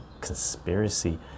conspiracy